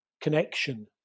connection